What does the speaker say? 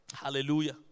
Hallelujah